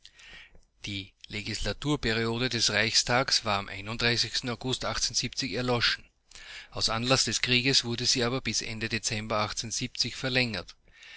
die legislaturperiode des reichstages war am august erloschen aus anlaß des krieges wurde sie aber bis ende dezember verlängert